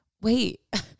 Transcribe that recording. wait